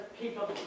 people